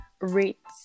rates